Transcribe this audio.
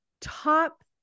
top